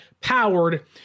powered